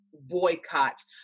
boycotts